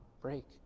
break